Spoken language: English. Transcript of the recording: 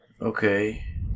Okay